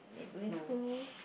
we're in school